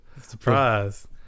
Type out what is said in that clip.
Surprise